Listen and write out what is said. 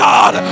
God